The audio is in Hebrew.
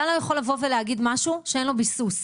אתה לא יכול לבוא ולהגיד משהו שאין לו ביסוס.